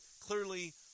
clearly